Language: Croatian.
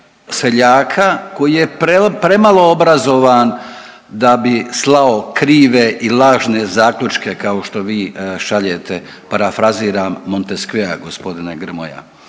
seljaka koji je premalo obrazovan da bi slao krive i lažne zaključke kao što vi šaljete, parafraziram Montesquieua, g. Grmoja.